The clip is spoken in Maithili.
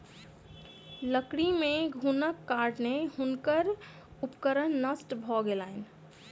लकड़ी मे घुनक कारणेँ हुनकर उपकरण नष्ट भ गेलैन